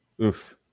Oof